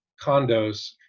condos